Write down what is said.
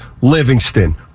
Livingston